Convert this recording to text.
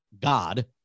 God